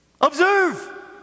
Observe